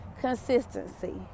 Consistency